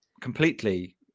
completely